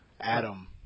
Adam